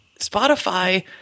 Spotify